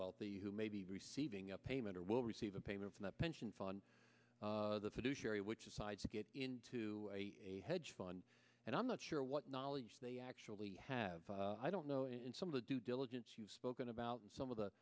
wealthy who may be receiving a payment or will receive a payment from the pension fund the fiduciary which aside to get into a hedge fund and i'm not sure what knowledge they actually have i don't know if some of the due diligence you've spoken about and some of the